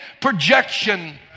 projection